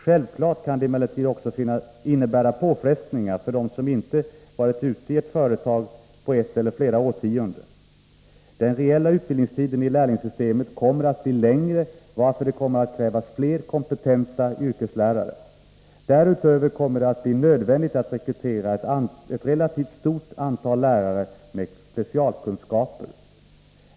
Självfallet kan det emellertid också innebära påfrestningar för dem som inte varit ute i ett företag på ett eller flera årtionden. Den reella utbildningstiden i lärlingssystemet kommer att bli längre, varför det kommer att krävas fler kompetenta yrkeslärare. Därutöver kommer det att bli nödvändigt att rekrytera ett relativt stort antal lärare med specialkunskaper.